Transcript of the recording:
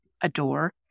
adore